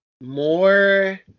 More